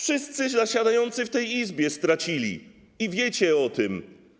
Wszyscy zasiadający w tej Izbie stracili i wiecie o tym.